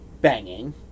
banging